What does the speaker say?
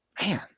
man